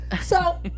so-